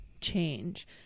change